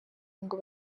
ngo